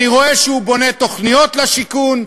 אני רואה שהוא בונה תוכניות לשיכון,